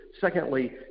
Secondly